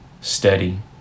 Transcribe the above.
steady